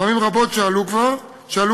פעמים רבות שאלו כאן.